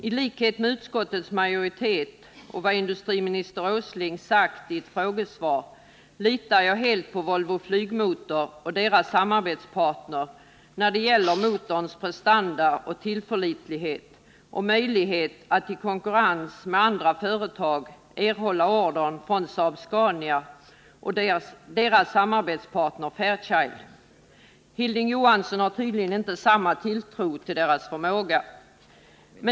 I likhet med utskottsmajoriteten och i enlighet med vad industriminister Åsling sagt i ett frågesvar litar jag helt på Volvo Flygmotor och dess samarbetspartner Garrett när det gäller motorns prestanda och tillförlitlighet och när det gäller möjligheten att i konkurrens med andra företag erhålla ordern från Saab-Scania och dess samarbetspartner Fairchild. Hilding Johansson har tydligen inte samma tilltro till deras förmåga.